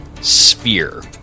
sphere